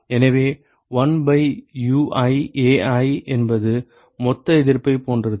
எனவே 1 பை Ui Ai என்பது மொத்த எதிர்ப்பைப் போன்றது